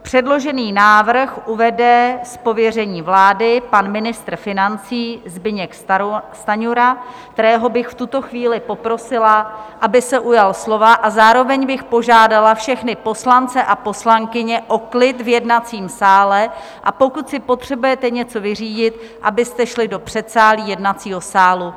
Předložený návrh uvede z pověření vlády pan ministr financí Zbyněk Stanjura, kterého bych v tuto chvíli poprosila, aby se ujal slova, a zároveň bych požádala všechny poslance a poslankyně o klid v jednacím sále, a pokud si potřebujete něco vyřídit, abyste šli do předsálí jednacího sálu.